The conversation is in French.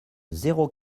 zéro